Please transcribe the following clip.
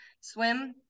swim